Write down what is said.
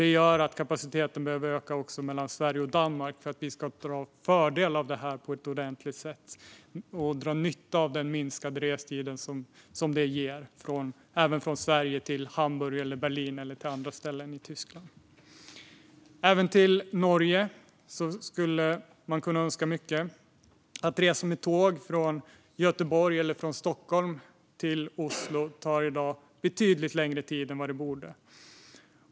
Det gör att kapaciteten behöver öka också mellan Sverige och Danmark, för att vi ska kunna dra fördel av detta på ett ordentligt sätt och dra nytta av den minskade restid som det ger även från Sverige till Hamburg, Berlin och andra ställen i Tyskland. Även när det gäller restiden till Norge finns det mycket att önska. Att resa med tåg från Göteborg eller Stockholm till Oslo tar i dag betydligt längre tid än vad det borde.